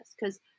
because-